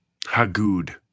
Hagood